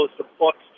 support